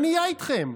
מה נהיה איתכם?